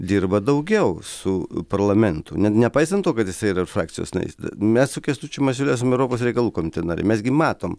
dirba daugiau su parlamentu ne nepaisant to kad jisai yra frakcijos narys mes su kęstučiu masiuliu europos reikalų komiteto nariai mes gi matom